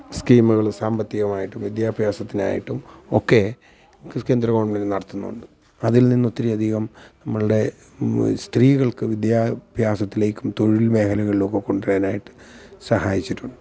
സ്കീമ്കള് സാമ്പത്തികമായിട്ടും വിദ്യാഭ്യാസത്തിനായിട്ടും ഒക്കെ കൃത്യം കേന്ദ്ര ഗവണ്മെന്റ് നടത്തുന്നുണ്ട് അതില് നിന്ന് ഒത്തിരി അധികം നമ്മളുടെ സ്ത്രീകള്ക്ക് വിദ്യാഭ്യാസത്തിലേക്കും തൊഴില് മേഖലകളിലും ഒക്കെ കൊണ്ടുരാനായിട്ട് സഹായിച്ചിട്ടുണ്ട്